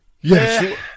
Yes